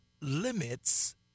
limits